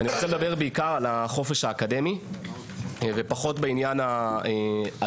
אני רוצה לדבר בעיקר על החופש האקדמי ופחות בעניין הדגל.